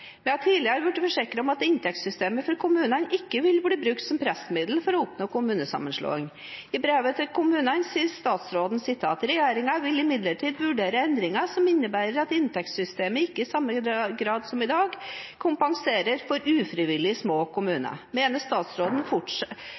har tidligere blitt forsikret om at inntektssystemet for kommunene ikke vil bli brukt som pressmiddel for å oppnå kommunesammenslåing. I brevet til kommunene sier statsråden: «Regjeringen vil imidlertid vurdere endringer som innebærer at inntektssystemet ikke i samme grad som i dag kompenserer for at små kommuner frivillig velger å stå alene.» Mener statsråden